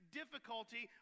difficulty